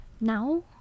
now